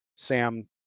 Sam